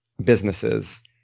businesses